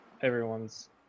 everyone's